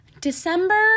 December